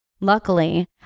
Luckily